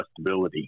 adjustability